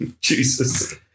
Jesus